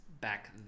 back